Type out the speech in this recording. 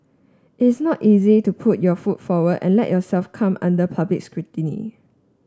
it's not easy to put your foot forward and let yourself come under public scrutiny